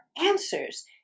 answers